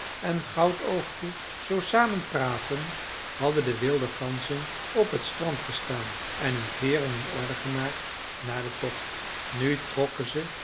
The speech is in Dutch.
en goudoogje zoo samen praatten hadden de wilde ganzen op het strand gestaan en hun veeren in orde gemaakt na den tocht nu trokken ze